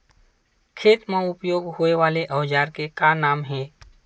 खेत मा उपयोग होए वाले औजार के का नाम हे?